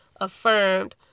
Affirmed